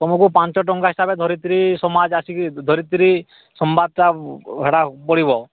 ତୁମକୁ ପାଞ୍ଚଟଙ୍କା ହିସାବରେ ଧରିତ୍ରୀ ସମାଜ ଆସି କି ଧରିତ୍ରୀ ସମ୍ବାଦଟା ହେଟା ପଡ଼ିବ